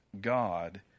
God